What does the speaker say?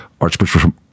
Archbishop